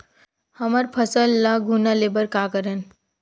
हमर फसल ल घुना ले बर का करन?